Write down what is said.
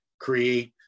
create